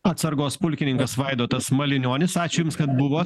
atsargos pulkininkas vaidotas malinionis ačiū jums kad buvot